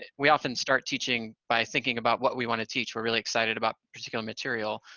and we often start teaching by thinking about what we want to teach. we're really excited about particular material,